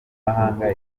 mahanga